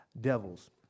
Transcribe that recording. devils